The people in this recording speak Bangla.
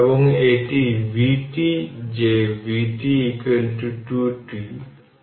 সুতরাং এর আগে আপনার প্রাথমিক স্টোর এর এনার্জি এবং সুইচসুইচ বন্ধ করার আগে অর্ধেক C1 v1 2